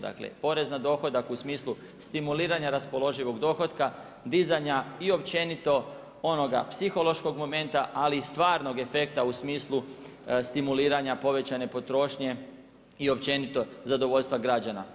Dakle, porez na dohodak u smislu stimuliranja raspoloživog dohotka, dizanja i općenito, onoga psihološkog momenta, ali stvarnog efekta u smislu stimuliranja povećanje potrošnje i općenito zadovoljstva građana.